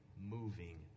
moving